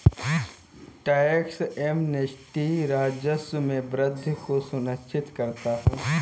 tax amnesty राजस्व में वृद्धि को सुनिश्चित करता है